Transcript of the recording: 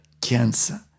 cancer